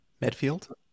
medfield